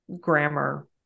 grammar